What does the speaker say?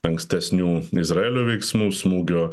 ankstesnių izraelio veiksmų smūgio